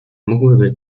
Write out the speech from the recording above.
mogłyby